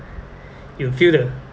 you feel the